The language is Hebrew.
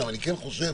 אבל אני כן חושב